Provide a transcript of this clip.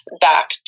back